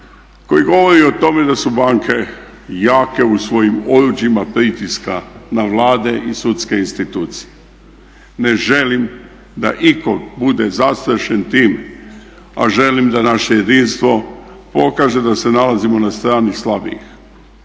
koji govori o tome da su banke jake u svojim oruđima pritiska na vlade i sudske institucije. Ne želim da itko bude zastrašen time a želim da naše jedinstvo pokaže da se nalazimo na strani slabijih.